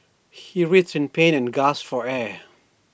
he writhed in pain and gasped for air